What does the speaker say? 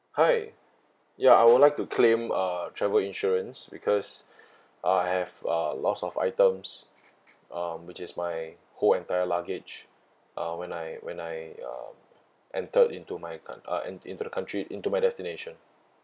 hi ya I would like to claim uh travel insurance because I have uh loss of items um which is my whole entire luggage uh when I when I um entered into my c~ uh en~ into the country into my destination